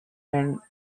and